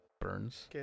burns